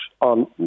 on